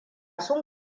sun